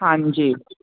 ਹਾਂਜੀ